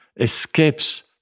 escapes